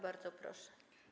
Bardzo proszę.